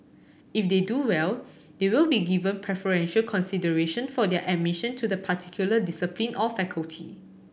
if they do well they will be given preferential consideration for their admission to the particular discipline or faculty